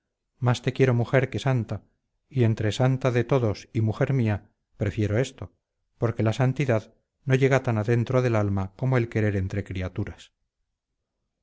más te quiero mujer que santa y entre santa de todos y mujer mía prefiero esto porque la santidad no llega tan adentro del alma como el querer entre criaturas